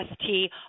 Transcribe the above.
ST